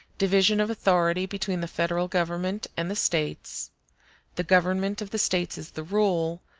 division of authority between the federal government and the states the government of the states is the rule,